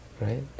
right